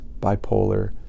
bipolar